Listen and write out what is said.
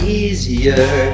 easier